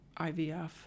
IVF